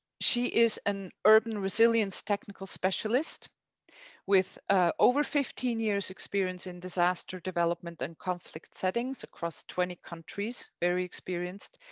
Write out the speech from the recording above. she is an urban resilience technical specialist with over fifteen years experience in disaster development and conflict settings across twenty countries very experienced.